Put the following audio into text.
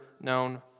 known